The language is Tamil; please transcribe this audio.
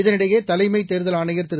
இதனிடையே தலைமைத் தேர்தல் ஆணையர் திரு